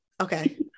okay